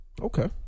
Okay